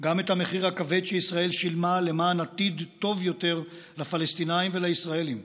גם את המחיר הכבד שישראל שילמה למען עתיד טוב יותר לפלסטינים ולישראלים,